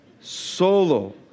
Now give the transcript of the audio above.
solo